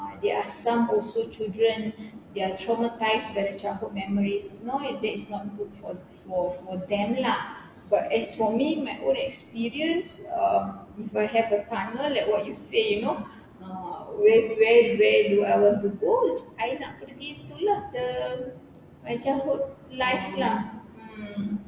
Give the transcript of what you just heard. uh there are some also children they are traumatised by their childhood memories you know that is not good for for for them lah but as for me my own experience um if I have a timer like what you say you know uh where where where do I want to go I nak pergi tu lah the my childhood life lah mm